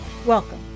Welcome